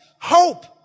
hope